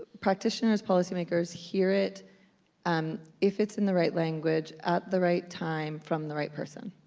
practitioners, policy makers, hear it um if it's in the right language at the right time from the right person.